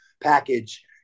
package